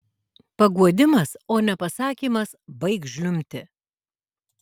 paguodimas o ne pasakymas baik žliumbti